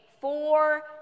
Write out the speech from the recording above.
four